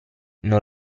non